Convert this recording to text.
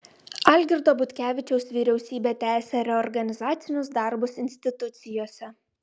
algirdo butkevičiaus vyriausybė tęsią reorganizacinius darbus institucijose